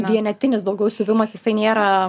vienetinis daugiau siuvimas visai nėra